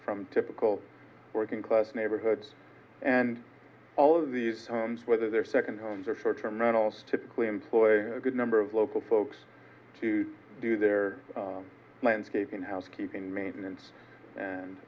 from typical working class neighborhoods and all of these homes whether they're second homes or short term rentals typically employ a good number of local folks to do their landscaping housekeeping maintenance and